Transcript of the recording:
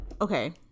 Okay